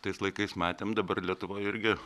tais laikais matėm dabar lietuvoj irgi